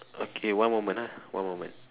okay one moment ah one moment